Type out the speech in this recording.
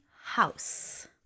House